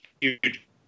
huge